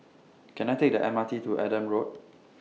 Can I Take The M R T to Adam Road